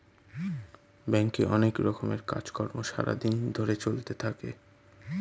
ব্যাংকে অনেক রকমের কাজ কর্ম সারা দিন ধরে চলতে থাকে